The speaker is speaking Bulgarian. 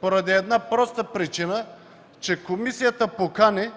поради една проста причина, че комисията покани